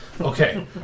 Okay